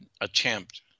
attempt